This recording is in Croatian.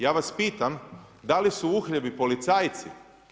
Ja vas pitam, da li su uhljebi policajci?